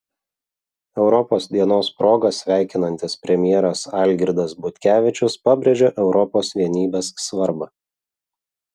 europos dienos proga sveikinantis premjeras algirdas butkevičius pabrėžia europos vienybės svarbą